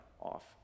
off